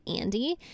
Andy